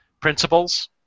principles